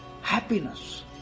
Happiness